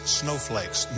snowflakes